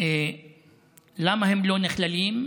למה הם לא נכללים?